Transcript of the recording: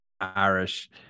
irish